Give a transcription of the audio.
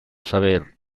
saber